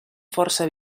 força